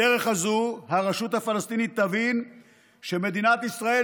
בדרך הזאת הרשות הפלסטינית תבין שמדינת ישראל